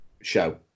show